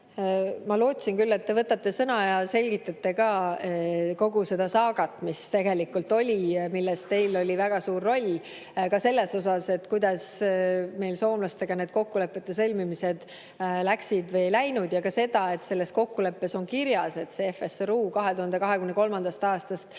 Ma lootsin küll, et te võtate sõna ja selgitate kogu seda saagat, mis tegelikult oli ja milles teil oli väga suur roll selles osas, kuidas meil soomlastega kokkulepete sõlmimised läksid või ei läinud, ja [selgitate] ka seda, et selles kokkuleppes on kirjas, et see FSRU[-laev] 2023. aastast